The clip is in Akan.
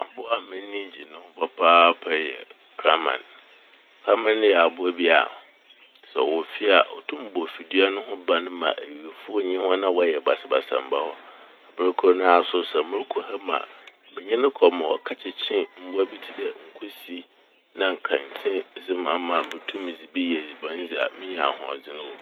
Abowa a m'enyi gye ne ho papaapa yɛ kraman. Kraman yɛ abowa bi a, sɛ ɔwɔ fie a otum bɔ fidua no ho ban ma ewifo nye hɔn a wɔyɛ basabasa mmba hɔ. Ber kor na so sɛ morokɔ hamu a menye no kɔ ma ɔkɛkyekye mbowa bi tse dɛ kusi na nkrantse dze ma me ma motum medze bi yɛ edziban dzi a minya ahoɔdzen wɔ m'.